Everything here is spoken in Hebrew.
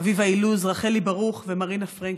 אביבה אילוז, רחלי ברוך ומרינה פרנקל.